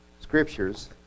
scriptures